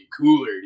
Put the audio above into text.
cooler